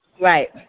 Right